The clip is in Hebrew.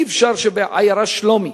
אי-אפשר שבעיירה שלומי,